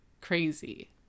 crazy